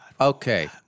Okay